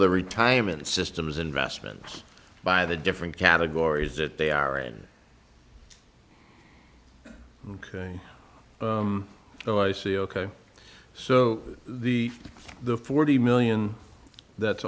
their retirement systems investments by the different categories that they are in ok so i see ok so the the forty million that's